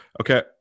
Okay